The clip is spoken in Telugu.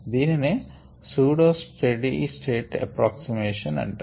దీనినే సూడో స్టేట్ ఏప్రాక్సిమేషన్ అంటారు